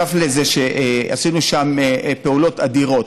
לזה שעשינו שם פעולות אדירות.